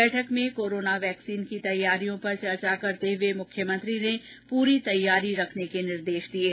बैठक में corona vaccine की तैयारियों पर चर्चा करते हए मुख्यमंत्री ने पूरी तैयारी रखने के निर्देश दिये